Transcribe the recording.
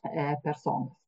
e personos